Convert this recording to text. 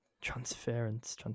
Transference